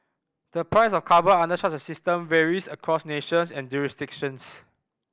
the price of carbon under such a system varies across nations and jurisdictions